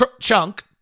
chunk